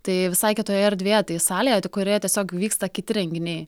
tai visai kitoje erdvėje tai salėje kurioje tiesiog vyksta kiti renginiai